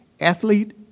athlete